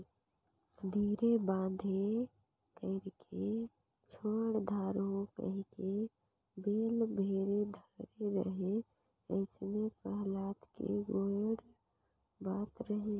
धीरे बांधे कइरके छोएड दारहूँ कहिके बेल भेर धरे रहें अइसने पहलाद के गोएड बात हर रहिस